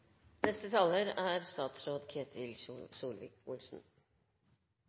Neste taler er